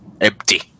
empty